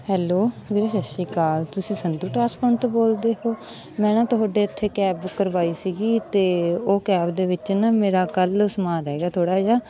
hello ਵੀਰੇ ਸਤਿ ਸ਼੍ਰੀ ਅਕਾਲ ਤੁਸੀਂ ਸੰਧੂ ਟ੍ਰਾਂਸਪੋਰਟ ਤੋਂ ਬੋਲਦੇ ਹੋ ਮੈਂ ਨਾ ਤੁਹਾਡੇ ਇੱਥੇ ਕੈਬ ਬੁੱਕ ਕਰਵਾਈ ਸੀਗੀ ਅਤੇ ਉਹ ਕੈਬ ਦੇ ਵਿੱਚ ਨਾ ਮੇਰਾ ਕੱਲ ਸਮਾਨ ਰਹਿ ਗਿਆ ਥੋੜ੍ਹਾ ਜਿਹਾ